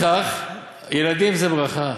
ילדים זה ברכה.